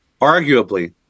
arguably